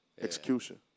execution